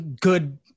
good